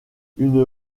une